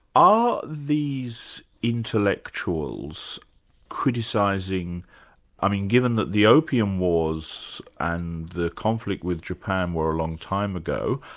are these intellectuals criticising i mean given that the opium wars and the conflict with japan were a long time ago,